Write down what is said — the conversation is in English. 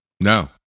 no